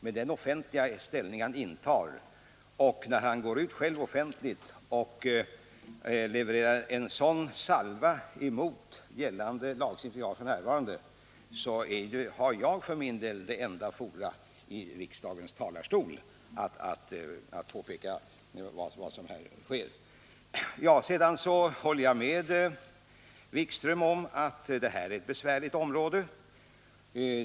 Med den offentliga ställning han intar och när han själv går ut offentligt och levererar en sådan salva mot gällande lagstiftning som nu skett har jag för min del som enda forum riksdagens talarstol, om jag vill belysa vad som sker. Jag håller med herr Wikström om att det rör sig om ett besvärligt område.